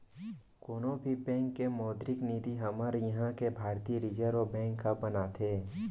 कोनो भी बेंक के मौद्रिक नीति हमर इहाँ के भारतीय रिर्जव बेंक ह बनाथे